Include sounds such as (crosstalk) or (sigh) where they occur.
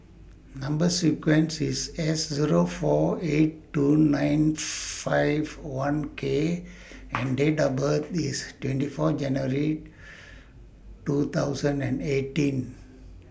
Number sequence IS S Zero four eight two nine (unintelligible) five one K and Date of birth IS twenty four January two thousand and eighteen